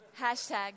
Hashtag